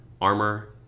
armor